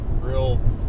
real